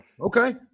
Okay